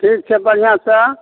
ठीक छै बढ़िआँसँ